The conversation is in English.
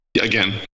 Again